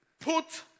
Put